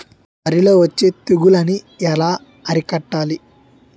వరిలో వచ్చే తెగులని ఏలా అరికట్టాలి?